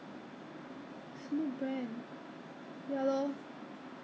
we're not on the first list I think we are the Taiwan 的不懂 second 还是 third list that miss 可能要